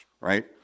right